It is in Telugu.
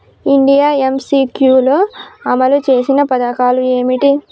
ఇండియా ఎమ్.సి.క్యూ లో అమలు చేసిన పథకాలు ఏమిటి?